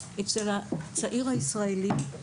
אצל הצעיר הישראלי,